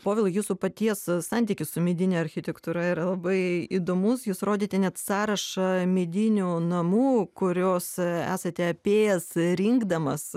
povilai jūsų paties santykis su medine architektūra yra labai įdomus jūs rodėte net sąrašą medinių namų kuriuos esate apėjęs rinkdamas